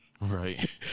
right